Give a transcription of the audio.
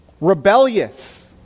rebellious